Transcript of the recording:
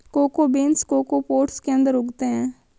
cocoa beans cocoa pods के अंदर उगते हैं